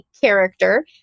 character